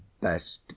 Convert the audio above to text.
best